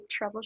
troubleshooting